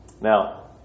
Now